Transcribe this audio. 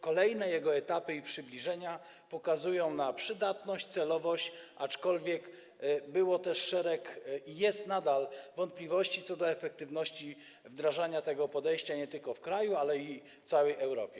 Kolejne jego etapy i przybliżenia pokazują przydatność, celowość, aczkolwiek było też - i nadal jest - szereg wątpliwości co do efektywności wdrażania tego podejścia nie tylko w kraju, ale i w całej Europie.